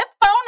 phone